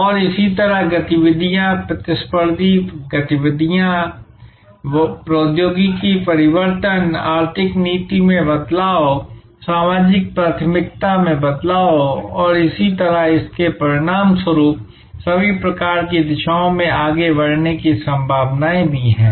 और इसी तरह गतिविधियां प्रतिस्पर्धी गतिविधियां प्रौद्योगिकी परिवर्तन आर्थिक नीति में बदलाव सामाजिक प्राथमिकता में बदलाव और इसी तरह इसके परिणामस्वरूप सभी प्रकार की दिशाओं में आगे बढ़ने की संभावनाएं भी हैं